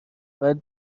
باید